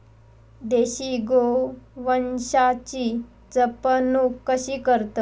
देशी गोवंशाची जपणूक कशी करतत?